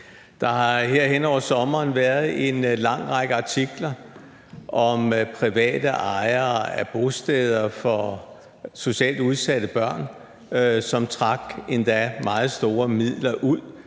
Der har hen over sommeren været en lang række artikler om private ejere af bosteder for socialt udsatte børn, som trak endda meget store midler ud